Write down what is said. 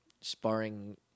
Sparring